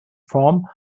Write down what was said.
form